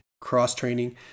cross-training